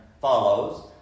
follows